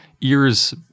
ears